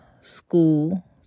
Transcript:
school